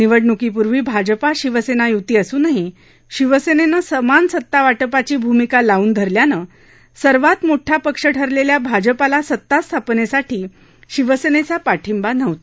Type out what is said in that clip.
निवडणुकीपूर्वी भाजपा शिवसेना युती असूनही शिवसेनेनं समान सत्तावाटपाची भूमिका लावून धरल्यानं सर्वात मोठा पक्ष ठरलेल्या भाजपा सत्ता स्थापनेसाठी शिवसेनेचा पाठिंबा नव्हता